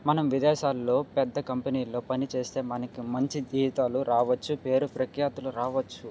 మనం విదేశాల్లో పెద్ద కంపెనీల్లో పని చేస్తే మనకి మంచి జీతాలు రావచ్చు పేరు ప్రఖ్యాతలు రావచ్చు